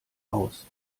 aus